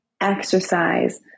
exercise